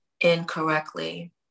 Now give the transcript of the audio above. incorrectly